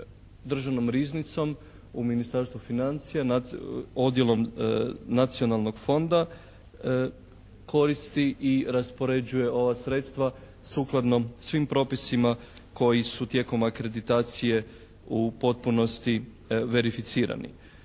državnom riznicom u Ministarstvu financija nad odjelom Nacionalnog fonda koristi i raspoređuje ova sredstva sukladno svim propisima koji su tijekom akreditacije u potpunosti verificirani.